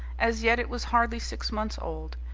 as yet it was hardly six months old.